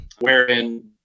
wherein